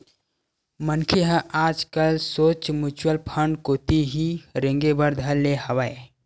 मनखे मन ह आजकल सोझ म्युचुअल फंड कोती ही रेंगे बर धर ले हवय